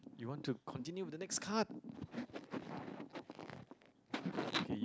you want to continue with the next card okay